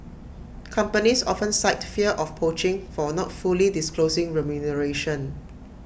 companies often cite fear of poaching for not fully disclosing remuneration